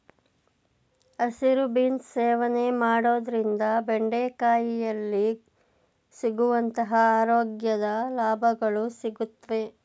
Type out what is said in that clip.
ಹಸಿರು ಬೀನ್ಸ್ ಸೇವನೆ ಮಾಡೋದ್ರಿಂದ ಬೆಂಡೆಕಾಯಿಯಲ್ಲಿ ಸಿಗುವಂತ ಆರೋಗ್ಯದ ಲಾಭಗಳು ಸಿಗುತ್ವೆ